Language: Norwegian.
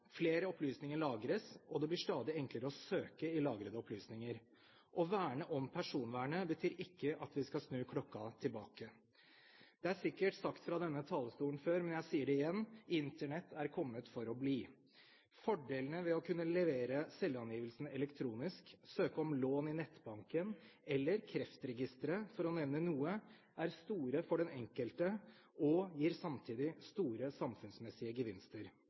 Flere opplysninger lagres, og det blir stadig enklere å søke i lagrede opplysninger. Å verne om personvernet betyr ikke at vi skal snu klokka tilbake. Det er sikkert sagt fra denne talerstolen før, men jeg sier det igjen: Internett er kommet for å bli. Fordelene ved å kunne levere selvangivelsen elektronisk, søke om lån i nettbanken, eller bruke Kreftregisteret, for å nevne noe, er store for den enkelte og gir samtidig store samfunnsmessige gevinster.